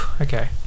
Okay